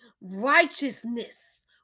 Righteousness